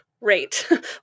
rate